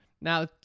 now